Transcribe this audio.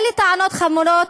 אלה טענות חמורות,